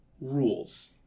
rules